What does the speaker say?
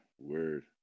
word